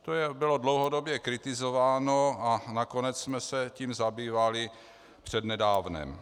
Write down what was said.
To bylo dlouhodobě kritizováno a nakonec jsme se tím zabývali přednedávnem.